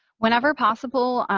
whenever possible,